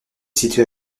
située